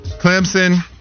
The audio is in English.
clemson